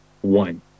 One